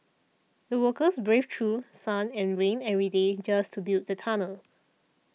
the workers braved through sun and rain every day just to build the tunnel